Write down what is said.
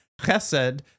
chesed